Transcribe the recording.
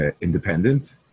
independent